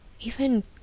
Even